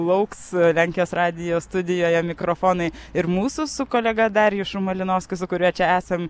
lauks lenkijos radijo studijoje mikrofonai ir mūsų su kolega darijušu malinovskiu su kuriuo čia esam